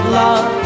love